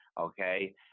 okay